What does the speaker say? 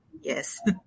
yes